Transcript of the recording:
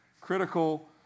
critical